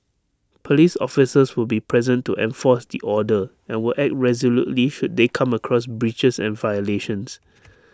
Police officers will be present to enforce the order and will act resolutely should they come across breaches and violations